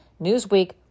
Newsweek